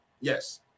Yes